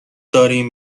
داریم